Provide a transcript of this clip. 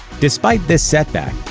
despite this setback,